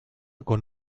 con